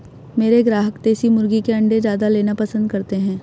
मेरे ग्राहक देसी मुर्गी के अंडे ज्यादा लेना पसंद करते हैं